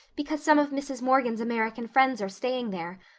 because some of mrs. morgan's american friends are staying there.